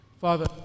Father